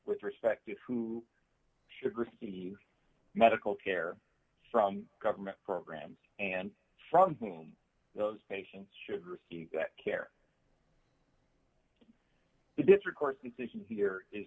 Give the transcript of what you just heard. with respect to who should receive medical care from government programs and from those patients should receive that care because recourse incision here is